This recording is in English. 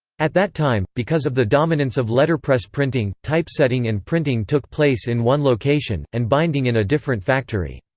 at that time, because of the dominance of letterpress printing, typesetting and printing took place in one location, and binding in a different factory.